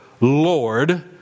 Lord